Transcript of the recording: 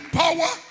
power